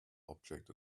object